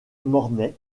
mornay